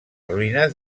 ruïnes